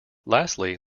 lastly